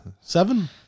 Seven